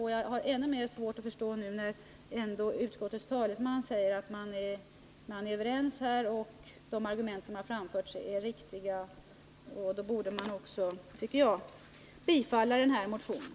Särskilt mot bakgrund av att utskottets talesman nu säger att vi är överens på den här punkten och att de argument som framförts är riktiga tycker jag att utskottet borde ha kunnat bifalla motionen.